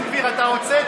בן גביר, אתה רוצה?